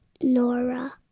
Nora